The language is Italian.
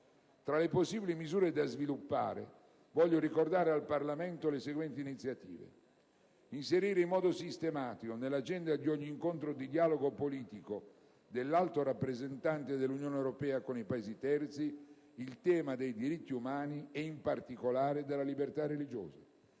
Tra le possibili misure da sviluppare, voglio ricordare al Parlamento le seguenti iniziative: inserire in modo sistematico nell'agenda di ogni incontro di dialogo politico dell'Alto Rappresentante dell'Unione europea con i Paesi terzi il tema dei diritti umani e, in particolare, quello della libertà religiosa;